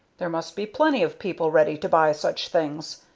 there must be plenty of people ready to buy such things,